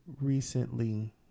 recently